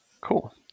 Cool